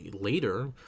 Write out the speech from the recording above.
later